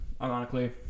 ironically